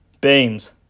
Beams